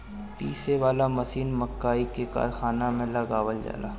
पीसे वाला मशीन मकई के कारखाना में लगावल जाला